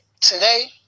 today